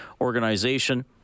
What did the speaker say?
organization